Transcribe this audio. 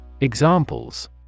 Examples